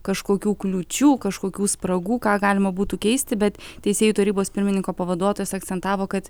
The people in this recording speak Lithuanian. kažkokių kliūčių kažkokių spragų ką galima būtų keisti bet teisėjų tarybos pirmininko pavaduotojas akcentavo kad